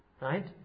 Right